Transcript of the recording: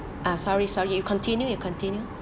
ah sorry sorry you continue you continue